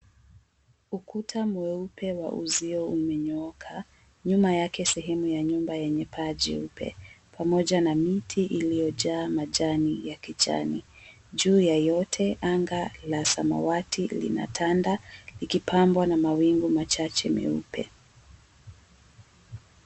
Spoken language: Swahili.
Ukuta mweupe wa uzio umenyooka, nyuma yake sehemu ya nyumba yenye paa jeupe, pamoja na miti iliyojaa majani ya kijani. Juu ya yote anga la samawati linatanda likipambwa na mawingu machache meupe.